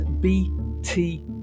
bt